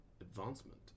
advancement